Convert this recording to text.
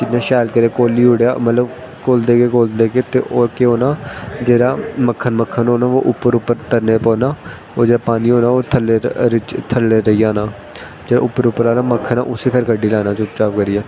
जिसलै शैल करियै घोली ओड़ेआ मतलब घोलदे गे घोलदे गे ते ओह् केह् होना जेह्ड़ा मक्खन मक्खन होना ओह् उप्पर उप्पर तरन लगी पौना होर जेह्ड़ा पानी होना ओह् थ'ल्लै रे थल्लै रेही जाना उप्पर उप्पर आह्ला मक्खन ऐ उसी फिर कड्डी लैना फिर चुपचाप करियै